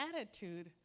attitude